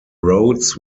roads